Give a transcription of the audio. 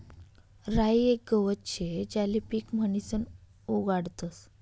राई येक गवत शे ज्याले पीक म्हणीसन उगाडतस